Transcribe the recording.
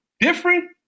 different